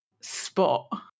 spot